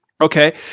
okay